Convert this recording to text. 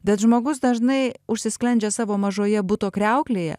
bet žmogus dažnai užsisklendžia savo mažoje buto kriauklėje